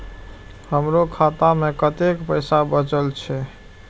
हमरो खाता में कतेक पैसा बचल छे?